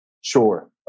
Sure